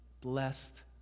Blessed